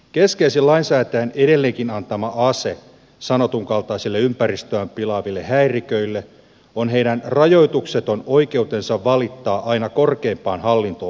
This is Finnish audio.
keskeisin lainsäätäjän edelleenkin antama ase sanotun kaltaisille ympäristöään pilaaville häiriköille on heidän rajoitukseton oikeutensa valittaa aina korkeimpaan hallinto oikeuteen asti